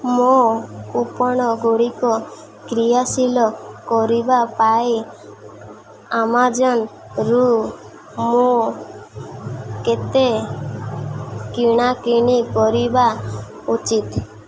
ମୋ କୁପନଗୁଡ଼ିକ କ୍ରିୟାଶୀଳ କରିବା ପାଇଁ ଆମାଜନ୍ରୁ ମୁଁ କେତେ କିଣାକିଣି କରିବା ଉଚିତ